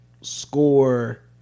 score